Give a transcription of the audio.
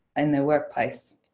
in their workplace.